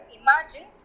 imagine